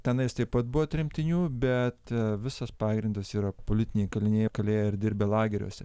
tenais taip pat buvo tremtinių bet visas pagrindas yra politiniai kaliniai jie kalėjo ir dirbę lageriuose